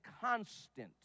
constant